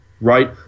right